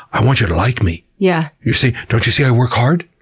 i want you to like me. yeah you see, don't you see i work hard?